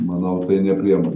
manau tai ne priemonė